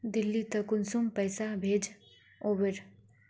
दिल्ली त कुंसम पैसा भेज ओवर?